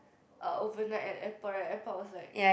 uh overnight at airport right airport was like